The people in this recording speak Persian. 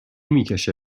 میکشه